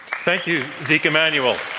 thank you, zeke emanuel.